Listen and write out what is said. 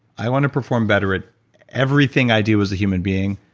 i want to perform better at everything i do as a human being,